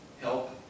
help